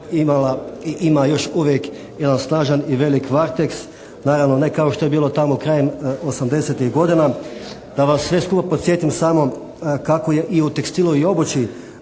ima još uvijek jedan snažan i velik "Varteks". Ne naravno kao što je bilo krajem '80.-tih godina. Da vas sve skupa podsjetim samo kako je i u tekstilu i obući